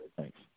Thanks